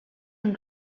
and